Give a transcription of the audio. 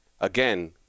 Again